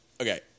Okay